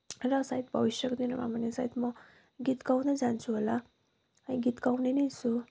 र सायद भविष्यको दिनहरूमा पनि सायद म गीत गाउँदै जान्छु होला है गात गाउने नै छु